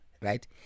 right